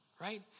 Right